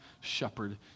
shepherd